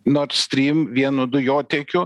nords strym vienu dujotiekiu